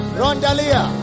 rondalia